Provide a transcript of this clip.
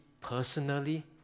personally